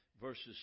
Verses